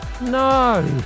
No